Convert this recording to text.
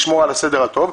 לשמור על הסדר הטוב.